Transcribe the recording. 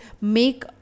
make